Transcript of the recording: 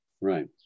Right